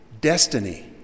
destiny